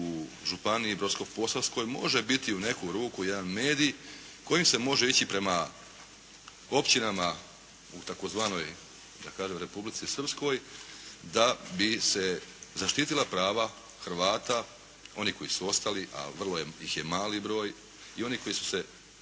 u županiji Brodsko-Posavsko može biti u neku ruku jedan medij kojim se može ići prema općinama u tzv. da kažem Republici Srpskoj da bi se zaštitila prava Hrvata, onih koji su ostali a vrlo ih je mali broj i onih koji su se